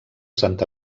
sant